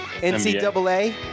NCAA